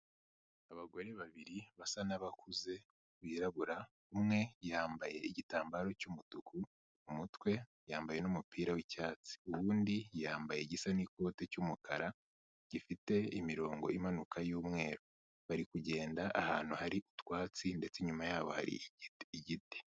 Abagore babiri basa n'abakuze birabura umwe yambaye igitambaro cy'umutuku kumutwe yambaye n'umupira wicyatsi, undi yambaye igisa n'ikote cy'umukara gifite imirongo imanuka y'umweru bari kugenda ahantu hari utwatsi ndetse inyuma yabo hari igiti.